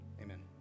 Amen